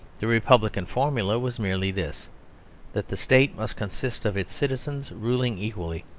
the republican formula was merely this that the state must consist of its citizens ruling equally,